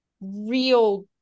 real